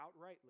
outrightly